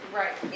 right